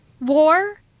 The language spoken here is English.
war